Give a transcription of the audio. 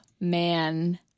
man